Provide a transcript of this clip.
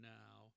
now